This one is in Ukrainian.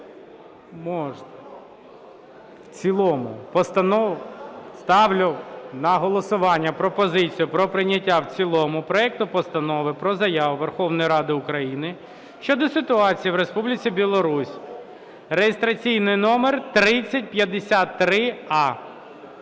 до голосування. Готові? Ставлю на голосування пропозицію про прийняття в цілому проекту Постанови про Заяву Верховної Ради України щодо ситуації в Республіці Білорусь (реєстраційний номер 3053а).